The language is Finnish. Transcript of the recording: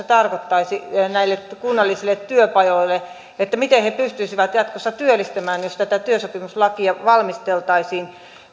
tarkoittaisi näille kunnallisille työpajoille miten he pystyisivät jatkossa työllistämään jos tätä työsopimuslakia valmisteltaisiin